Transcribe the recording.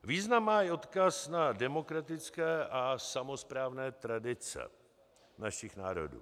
Význam má i odkaz na demokratické a samosprávné tradice našich národů.